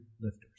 lifters